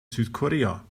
südkorea